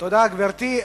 תודה, גברתי.